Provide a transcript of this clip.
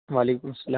وعلیکم السلام